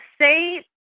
say